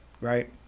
right